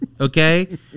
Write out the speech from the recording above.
Okay